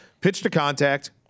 pitch-to-contact